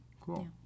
Cool